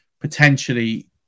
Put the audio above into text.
potentially